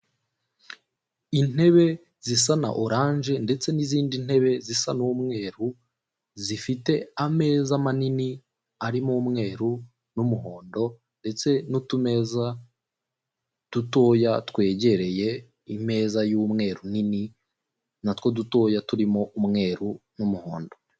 Intebe zisa na oranje ndetse n'izindi ntebe zisa n'umweru zifite ameza manini arimo umweru n'umuhondo ndetse n'utumeza dutoya twegereye imeza y'umweru nini natwo dutoya turimo umweru n'umuhondo.